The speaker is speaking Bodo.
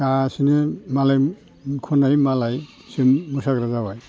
गासैनो मालाय खननाय मालाय जों मोसाग्रा जाबाय